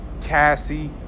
Cassie